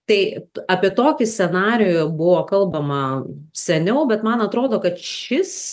tai apie tokį scenarijų buvo kalbama seniau bet man atrodo kad šis